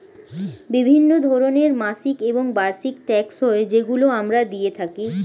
বিভিন্ন ধরনের মাসিক এবং বার্ষিক ট্যাক্স হয় যেগুলো আমরা দিয়ে থাকি